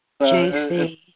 JC